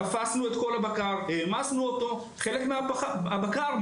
תפסנו את כל הבקר, העמסנו אותו ואת חלקו גם מכרנו.